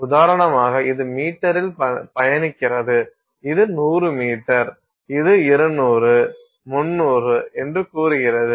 உதாரணமாக இது மீட்டரில் பயணிக்கிறது இது 100 மீட்டர் இது 200 300 என்று கூறுகிறது